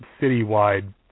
city-wide